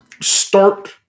start